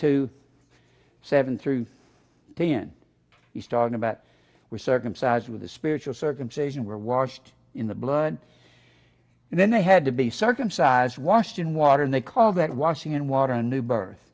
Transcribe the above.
two seven through ten he's talking about were circumcised with the spiritual circumcision were washed in the blood and then they had to be circumcised washed in water and they call that washing and water a new birth